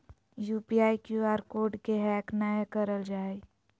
UPI, Q R code के hack नयय करल जा हइ